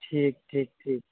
ᱴᱷᱤᱠ ᱴᱷᱤᱠ ᱴᱷᱤᱠ